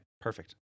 perfect